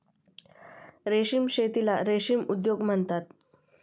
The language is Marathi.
रेशीम शेतीला रेशीम उद्योग म्हणतात